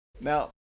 Now